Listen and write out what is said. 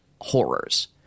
horrors